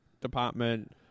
Department